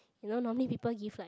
you know normally people give like